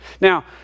Now